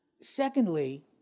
Secondly